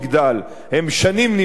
הם שנים נמצאים שם,